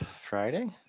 Friday